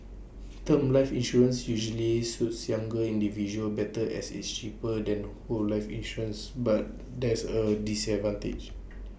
term life insurance usually suit younger individuals better as it's cheaper than whole life insurance but there's are disadvantages